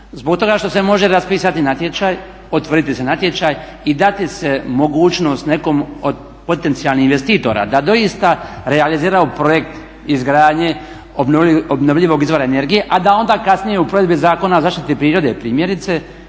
Zbog toga što se može raspisati natječaj, otvoriti se natječaj i dati se mogućnost nekom od potencijalnih investitora da doista realiziraju projekt izgradnje obnovljivog izvora energije, a da onda kasnije u provedbi Zakona o zaštiti prirode primjerice